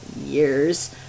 years